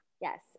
Yes